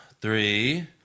three